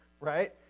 right